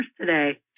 today